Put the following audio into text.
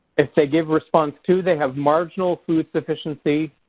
if they give response two they have marginal food sufficiency,